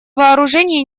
вооружений